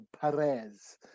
Perez